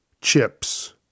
chips